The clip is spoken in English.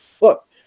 look